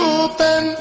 open